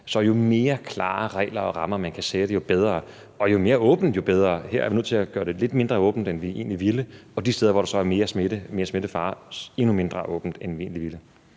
Så jo klarere regler og rammer, man kan sætte, jo bedre. Og jo mere åbent, jo bedre. Her er vi nødt til at gøre det lidt mindre åbent, end vi egentlig ville, og de steder, hvor der så er mere smittefare, er der endnu mindre åbent, end vi egentlig ville.